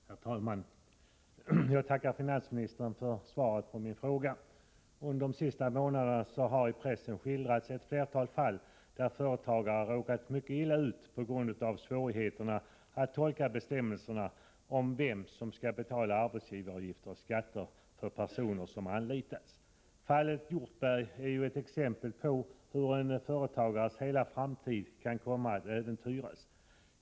Herr talman! Jag tackar finansministern för svaret på min fråga. Under de senaste månaderna har i pressen skildrats ett flertal fall där företagare råkat mycket illa ut på grund av svårigheterna att tolka bestämmelserna om vem som skall betala arbetsgivaravgifter och skatter för personer som anlitats. Fallet Hjortberg är ett exempel på hur hela framtiden för en företagare kan komma att äventyras.